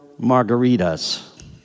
margaritas